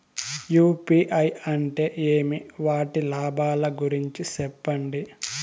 UPI అంటే ఏమి? వాటి లాభాల గురించి సెప్పండి?